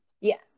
Yes